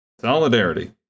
Solidarity